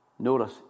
Notice